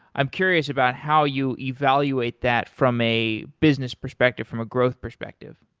i'm curious about how you evaluate that from a business perspective, from a growth perspective.